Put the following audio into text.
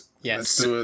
Yes